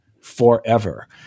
forever